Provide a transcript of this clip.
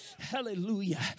Hallelujah